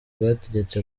rwategetse